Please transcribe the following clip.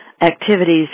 activities